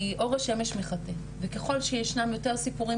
כי אור השמש מחטא וככל שישנם יותר סיפורים